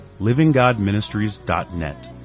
livinggodministries.net